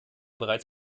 bereits